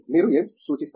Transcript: మీరు ఏమి సూచిస్తారు